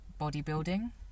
bodybuilding